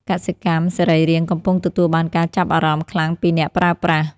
កសិកម្មសរីរាង្គកំពុងទទួលបានការចាប់អារម្មណ៍ខ្លាំងពីអ្នកប្រើប្រាស់។